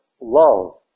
love